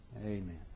Amen